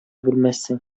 белмәссең